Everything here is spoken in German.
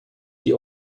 die